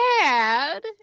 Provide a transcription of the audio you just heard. bad